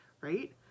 right